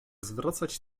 zwracać